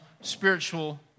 Spiritual